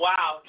Wow